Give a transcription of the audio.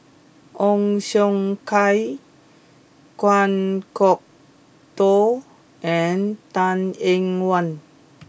Ong Siong Kai Kan Kwok Toh and Tan Eng Yoon